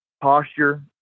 posture